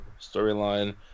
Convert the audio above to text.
storyline